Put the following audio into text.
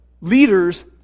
leaders